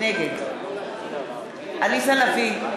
נגד עליזה לביא,